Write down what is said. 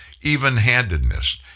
even-handedness